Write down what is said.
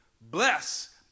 Bless